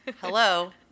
Hello